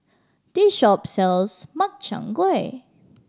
this shop sells Makchang Gui